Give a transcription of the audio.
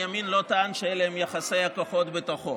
הימין לא טען שאלה הם יחסי הכוחות בתוכו.